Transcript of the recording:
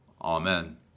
Amen